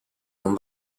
non